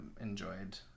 enjoyed